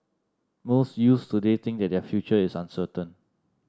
most youths today think that their future is uncertain